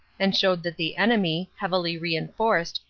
and showed that the enemy, heavily reinforced,